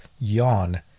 yawn